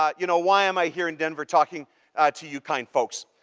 ah you know, why am i here in denver talking to you kind folks.